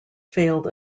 failed